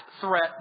threat